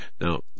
Now